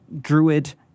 druid